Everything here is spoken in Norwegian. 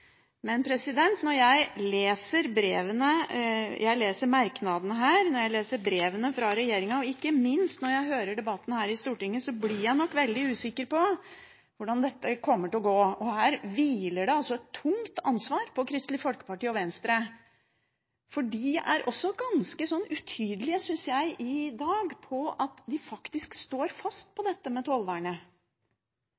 jeg leser merknadene her og brevene fra regjeringen, og ikke minst når jeg hører debatten her i Stortinget, blir jeg veldig usikker på hvordan dette kommer til å gå. Her hviler det et tungt ansvar på Kristelig Folkeparti og Venstre, for de er også ganske utydelige i dag – synes jeg – på om de faktisk står fast på